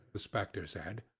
the spectre said,